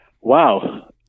Wow